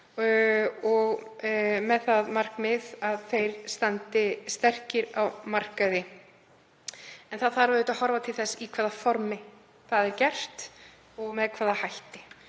og með það markmið að þeir standi sterkir á markaði. En það þarf auðvitað að horfa til þess í hvaða formi það er gert og með hvaða hætti.